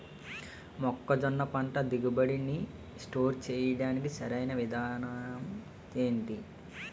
మొక్కజొన్న పంట దిగుబడి నీ స్టోర్ చేయడానికి సరియైన విధానం ఎంటి?